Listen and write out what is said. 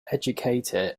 educated